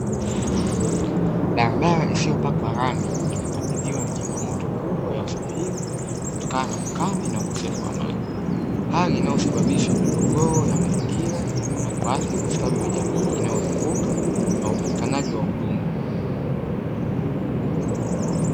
Barabara isiyopakwa rangi inakabiliwa na changamoto kubwa ya usafiri kutokana na ukame na ukosefu wa maji, hali inayosababisha migogoro ya mazingira na kuathiri ustawi wa jamii inayozunguka na upatikanaji wa huduma.